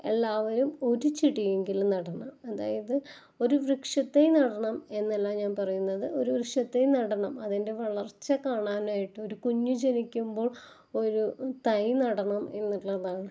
എല്ലാവരും ഒരു ചെടിയെങ്കിലും നടണം അതായത് ഒരു വൃക്ഷം തൈ നടണം എന്നല്ല ഞാന് പറയുന്നത് ഒരു വൃക്ഷം തൈ നടണം അതിന്റെ വളര്ച്ച കാണാനായിട്ടൊരു കുഞ്ഞ് ജനിക്കുമ്പോള് ഒരു തൈ നടണം എന്നുള്ളതാണ്